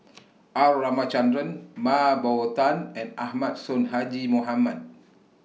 R Ramachandran Mah Bow Tan and Ahmad Sonhadji Mohamad